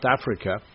Africa